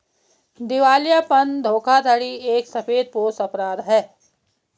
दिवालियापन धोखाधड़ी एक सफेदपोश अपराध है